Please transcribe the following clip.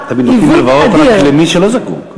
תמיד נותנים הלוואות רק למי שלא זקוק.